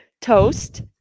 Toast